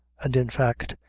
and in fact,